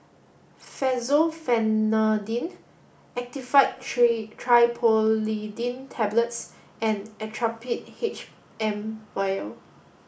Fexofenadine Actifed tree Triprolidine Tablets and Actrapid H M Vial